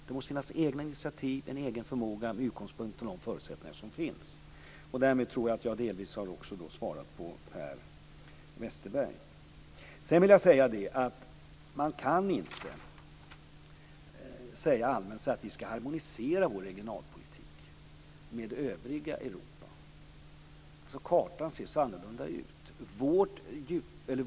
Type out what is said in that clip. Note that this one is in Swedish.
Det måste tas egna initiativ och finnas en egen förmåga, med utgångspunkt i de förutsättningar som finns. Därmed har jag delvis också svarat på Per Westerbergs frågor. Man kan inte säga allmänt att vi skall harmonisera vår regionalpolitik med övriga Europa. Kartan ser så annorlunda ut.